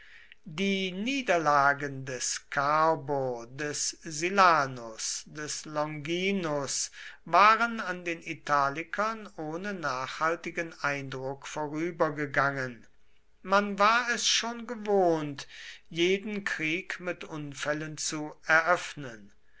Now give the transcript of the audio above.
die niederlagen des carbo des silanus des longinus waren an den italikern ohne nachhaltigen eindruck vorübergegangen man war es schon gewohnt jeden krieg mit unfällen zu eröffnen